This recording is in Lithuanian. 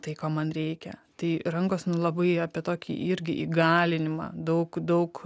tai ko man reikia tai rankos labai apie tokį irgi įgalinimą daug daug